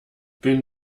bin